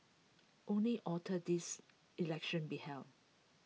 only outer this elections be held